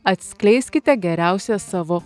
atskleiskite geriausią savo